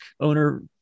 Owner